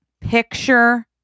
Picture